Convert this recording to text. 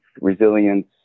resilience